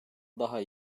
daha